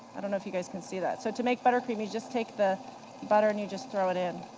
i don't know if you guys can see that. so to make butter cream, you just take the butter and you just throw it in.